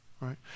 right